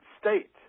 State